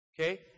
okay